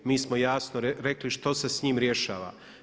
Mi smo jasno rekli što se s njim rješava.